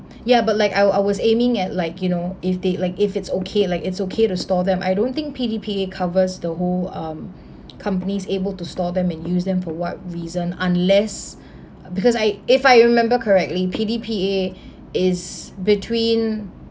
ya but like I I was aiming at like you know if they like if it's okay like it's okay to store them I don't think P_D_P_A covers the whole um companies able to store them and use them for what reason unless uh because I if I remember correctly P_D_P_A is between